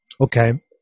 Okay